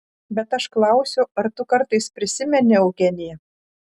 bet aš klausiu ar tu kartais prisimeni eugeniją